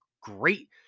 great